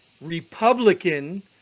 Republican